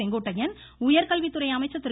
செங்கோட்டையன் உயர்கல்வித்துறை அமைச்சர் திரு